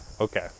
Okay